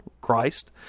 Christ